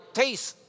taste